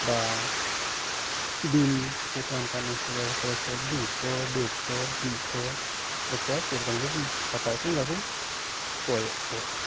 ᱵᱟ ᱫᱤᱱ ᱠᱩ ᱛᱮᱦᱮᱱ ᱠᱟᱱᱟ ᱦᱚᱭᱛᱚ ᱫᱩᱥᱚ ᱫᱮᱲᱥᱚ ᱢᱤᱫᱥᱚ ᱚᱠᱚᱭ ᱡᱮᱨᱚᱠᱚᱢ ᱠᱚ ᱠᱟᱴᱟᱣ ᱠᱩ ᱩᱱᱠᱟᱠᱚ ᱠᱚᱭᱮᱫ ᱠᱚᱣᱟ